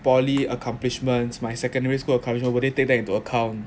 poly accomplishments my secondary school accomplishments will they take that into account